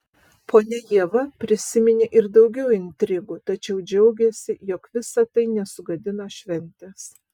ponia ieva prisiminė ir daugiau intrigų tačiau džiaugėsi jog visa tai nesugadino šventės